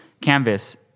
canvas